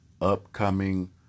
upcoming